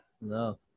No